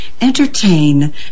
entertain